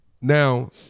Now